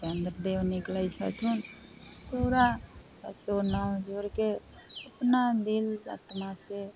चन्द्रदेव निकलै छथुन पूरा जोरके अपना दिल आत्मासँ